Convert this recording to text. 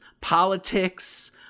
Politics